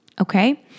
Okay